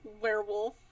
werewolf